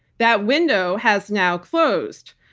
that window has now closed.